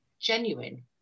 genuine